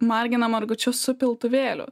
margina margučius su piltuvėliu